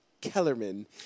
Kellerman